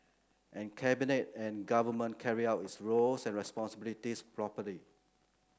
and Cabinet and Government carried out its roles and responsibilities properly